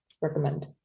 recommend